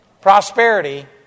Prosperity